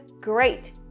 great